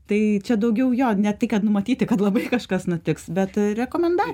tai čia daugiau jo ne tai kad numatyti kad labai kažkas nutiks bet rekomendacija